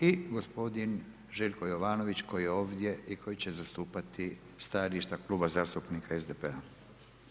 I gospodin Željko Jovanović koji je ovdje i koji će zastupati stajališta Kluba zastupnika SDP-a.